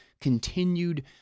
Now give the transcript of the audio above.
continued